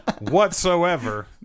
whatsoever